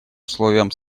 условием